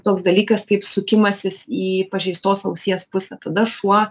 toks dalykas kaip sukimasis į pažeistos ausies pusę tada šuo